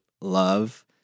love-